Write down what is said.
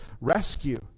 rescue